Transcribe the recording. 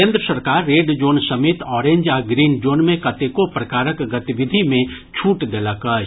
केन्द्र सरकार red zone समेत ऑरेंज आ ग्रीन जोन मे कतेको प्रकारक गतिविधि मे छूट देलक अछि